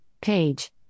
page